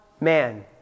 man